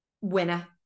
winner